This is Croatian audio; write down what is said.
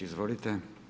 Izvolite.